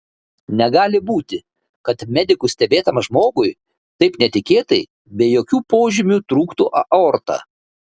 negali būti kad medikų stebėtam žmogui taip netikėtai be jokių požymių trūktų aorta